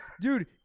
dude